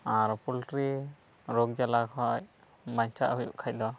ᱟᱨ poultry ᱨᱳᱜᱽ ᱡᱟᱞᱟ ᱠᱷᱚᱡ ᱵᱟᱧᱪᱟᱜ ᱦᱩᱭᱩᱜ ᱠᱷᱟᱡ ᱫᱚ